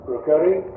Procuring